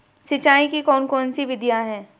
सिंचाई की कौन कौन सी विधियां हैं?